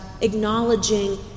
acknowledging